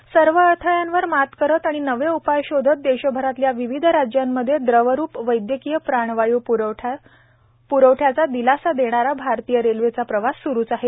भारतीय रेल्वे सर्व अडथळ्यांवर मात करत आणि नवे उपाय शोधत देशभरातल्या विविध राज्यांमधे द्रवरूप वैद्यकीय प्राणवायू प्रवठ्याचा दिलासा देणारा भारतीय रेल्वेचा प्रवास स्रुच आहे